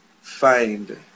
find